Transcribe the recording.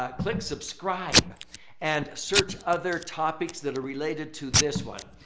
ah click subscribe and search other topics that are related to this one.